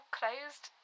closed